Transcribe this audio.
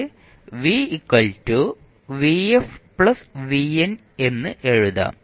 ഇത് v എന്ന് എഴുതാം